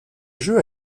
jeu